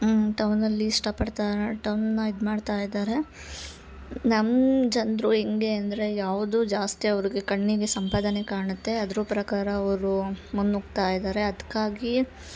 ಟೌನಲ್ಲಿ ಇಷ್ಟಪಡ್ತಾರೆ ಟೌನನ್ನ ಇದ್ಮಾಡ್ತಾಯಿದ್ದಾರೆ ನಮ್ಮ ಜನರು ಹೆಂಗೆ ಅಂದರೆ ಯಾವುದು ಜಾಸ್ತಿ ಅವರಿಗೆ ಕಣ್ಣಿಗೆ ಸಂಪಾದನೆ ಕಾಣತ್ತೆ ಅದ್ರು ಪ್ರಕಾರ ಅವರು ಮುನ್ನುಗ್ತಾ ಇದಾರೆ ಅದಕ್ಕಾಗಿ